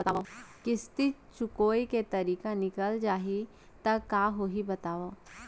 किस्ती चुकोय के तारीक निकल जाही त का होही बताव?